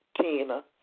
Tina